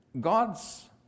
God's